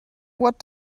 what